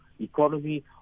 economy